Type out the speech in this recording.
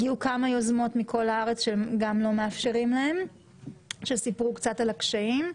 הגיעו כמה יוזמות מכל הארץ שגם לא מאפשרים להם שסיפרו על הקשיים.